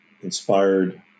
inspired